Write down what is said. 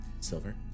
Silver